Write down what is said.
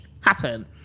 happen